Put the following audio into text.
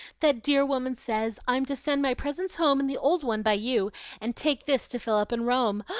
that dear woman says i'm to send my presents home in the old one by you, and take this to fill up in rome.